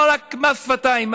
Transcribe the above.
לא רק מס שפתיים,